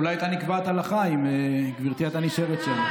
אולי הייתה נקבעת הלכה אם גברתי הייתה נשארת שם.